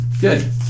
good